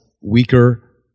weaker